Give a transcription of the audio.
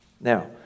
Now